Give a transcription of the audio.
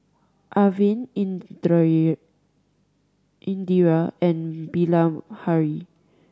Arvind Indira and Bilahari